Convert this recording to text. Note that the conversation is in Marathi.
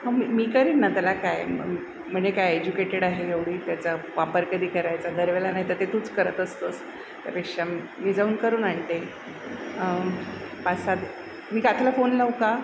मी करीन ना त्याला काय म्हणजे काय एज्युकेटेड आहे एवढी त्याचा वापर कधी करायचा दरवेळेला नाही तर ते तूच करत असतोच त्यापेक्षा मे जाऊन करून आणते पाच सात मी गाथाला फोन लावू का